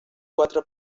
quatre